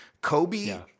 Kobe